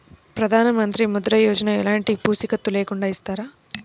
ప్రధానమంత్రి ముద్ర యోజన ఎలాంటి పూసికత్తు లేకుండా ఇస్తారా?